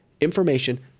information